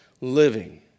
living